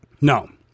No